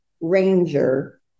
ranger